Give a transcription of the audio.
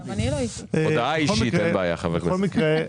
בכל מקרה,